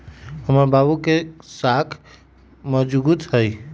हमर बाबू के साख मजगुत हइ